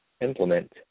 implement